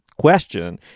question